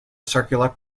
circular